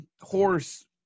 horse